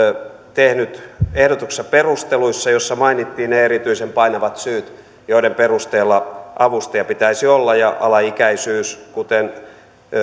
tehnyt ehdotuksen perusteluissa joissa mainittiin ne erityisen painavat syyt joiden perusteella avustaja pitäisi olla ja alaikäisyys kuten